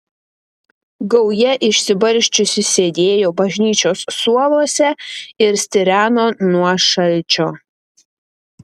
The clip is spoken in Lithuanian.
gauja išsibarsčiusi sėdėjo bažnyčios suoluose ir stireno nuo šalčio